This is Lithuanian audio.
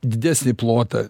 didesnį plotą